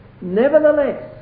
nevertheless